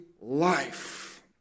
life